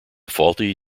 faulty